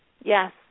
Yes